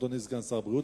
אדוני סגן שר הבריאות.